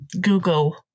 google